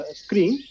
screen